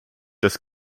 das